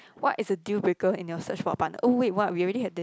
what is the deal breaker in your search for a partner oh wait what we already have this